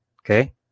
Okay